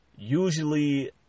usually